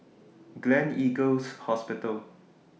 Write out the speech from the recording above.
Gleneagles Hospital